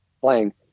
playing